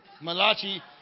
Malachi